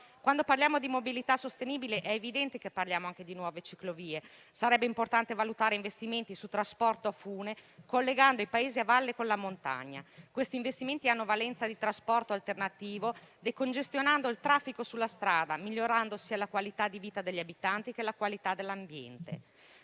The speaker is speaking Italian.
Quando ci riferiamo alla mobilità sostenibile, è evidente che parliamo anche di nuove ciclovie. Sarebbe importante valutare investimenti su trasporto a fune, collegando i paesi a valle con la montagna. Questi investimenti hanno valenza di trasporto alternativo, decongestionando il traffico sulla strada, migliorando sia la qualità della vita degli abitanti sia quella dell'ambiente.